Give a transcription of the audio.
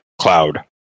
cloud